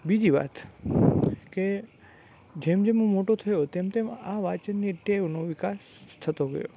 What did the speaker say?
બીજી વાત કે જેમ જેમ હું મોટો થયો તેમ તેમ આ વાંચનની ટેવનો વિકાસ થતો ગયો